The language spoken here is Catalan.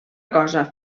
cosa